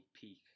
peak